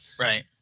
Right